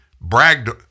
bragged